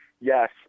yes